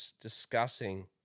discussing